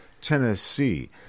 Tennessee